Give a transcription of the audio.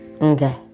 Okay